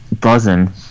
buzzing